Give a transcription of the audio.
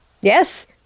yes